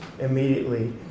immediately